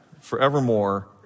forevermore